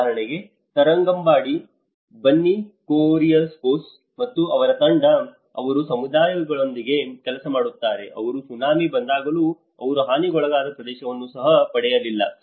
ಉದಾಹರಣೆಗೆ ತರಂಗಂಬಾಡಿ ಬೆನ್ನಿ ಕುರಿಯಕೋಸ್ ಮತ್ತು ಅವರ ತಂಡ ಅವರು ಸಮುದಾಯಗಳೊಂದಿಗೆ ಕೆಲಸ ಮಾಡುತ್ತಾರೆ ಅವರು ಸುನಾಮಿ ಬಂದಾಗಲೂ ಅವರು ಹಾನಿಗೊಳಗಾದ ಪ್ರದೇಶವನ್ನು ಸಹ ಪಡೆಯಲಿಲ್ಲ